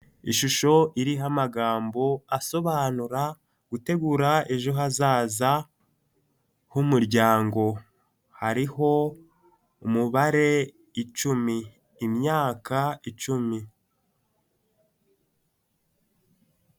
Ishusho iriho amagambo asobanura gutegura ejo hazaza h'umuryango hariho umubare icumi imyaka icumi.